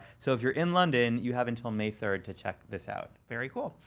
so if you're in london, you have until may third to check this out. very cool.